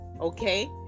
Okay